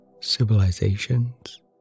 civilizations